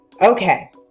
okay